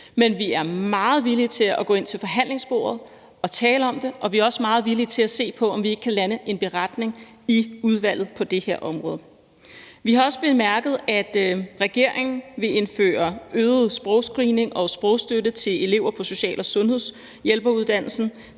Men vi er meget villige til at gå ind til forhandlingsbordet og tale om det, og vi er også meget villige til at se på, om vi ikke kan lande en beretning i udvalget på det her område. Vi har også bemærket, at regeringen vil indføre øget sprogscreening og sprogstøtte til elever på social- og sundhedshjælperuddannelsen.